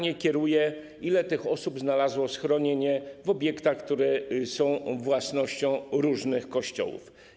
Ile tych osób znalazło schronienie w obiektach, które są własnością różnych Kościołów?